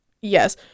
yes